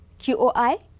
QOI